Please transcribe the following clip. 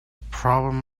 problem